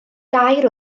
gair